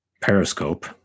periscope